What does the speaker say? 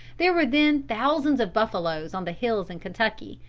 there were then thousands of buffaloes on the hills in kentucky.